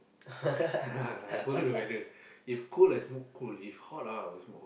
must follow the whether if cold I smoke cold if hot ah I will smoke hot